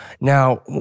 Now